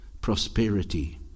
prosperity